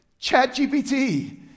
ChatGPT